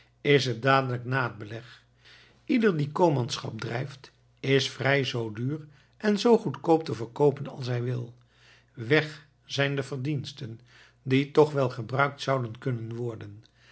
is het dadelijk na het beleg ieder die comanschap drijft is vrij zoo duur en zoo goedkoop te verkoopen als hij wil weg zijn de verdiensten die toch wel gebruikt zouden kunnen worden